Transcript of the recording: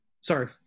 sorry